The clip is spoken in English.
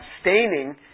abstaining